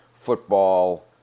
football